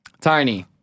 Tiny